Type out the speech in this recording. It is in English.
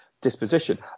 disposition